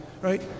right